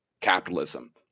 capitalism